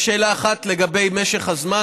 יש שאלה אחת לגבי משך הזמן.